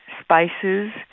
spices